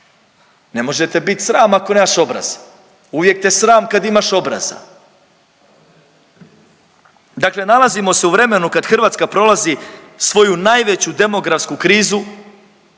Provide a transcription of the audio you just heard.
ne može te bit sram ako nemaš obraz, uvijek te sram kad imaš obraza. Dakle nalazimo se u vremenu kad Hrvatska prolazi svoju najveću demografsku krizu